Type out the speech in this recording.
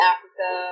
Africa